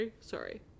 sorry